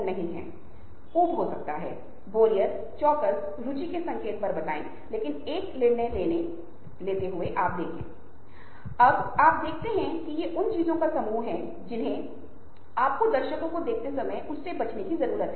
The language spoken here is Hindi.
और यही कारण है कि हम इसके बारे में थोड़ी बात कर रहे हैं ताकि यदि आप सोशल नेटवर्किंग में थोड़ी रुचि रखते हैं तो आप अच्छे सोशल नेटवर्किंग के लिए रणनीति बना सकते हैं